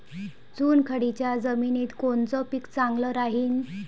चुनखडीच्या जमिनीत कोनचं पीक चांगलं राहीन?